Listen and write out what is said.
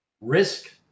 Risk